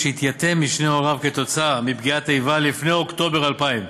שהתייתם משני הוריו כתוצאה מפגיעת איבה לפני אוקטובר 2000,